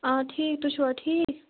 آ ٹھیٖک تُہۍ چھُوا ٹھیٖک